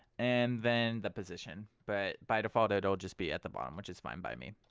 and then the position but by default it'll just be at the bottom which is fine by me.